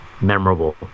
memorable